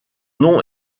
nom